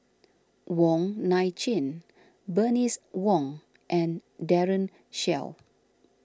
Wong Nai Chin Bernice Wong and Daren Shiau